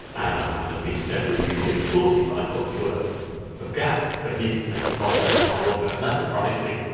and i found i've been steadily using forty light bulbs' worth of gas for heating, making hot air and hot water. and that surprised me.